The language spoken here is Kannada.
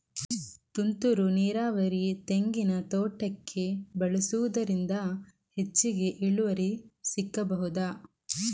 ತುಂತುರು ನೀರಾವರಿ ತೆಂಗಿನ ತೋಟಕ್ಕೆ ಬಳಸುವುದರಿಂದ ಹೆಚ್ಚಿಗೆ ಇಳುವರಿ ಸಿಕ್ಕಬಹುದ?